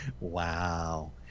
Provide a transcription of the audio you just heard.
wow